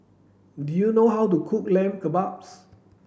do you know how to cook Lamb Kebabs